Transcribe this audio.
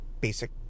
basic